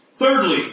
Thirdly